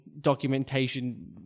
documentation